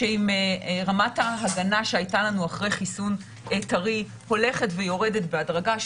אם רמת ההגנה שהייתה לנו אחרי חיסון טרי הולכת ויורדת בהדרגה,